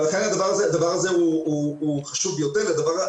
לכן הדבר הזה חשוב ביותר,